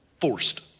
forced